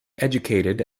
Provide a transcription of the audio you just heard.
educated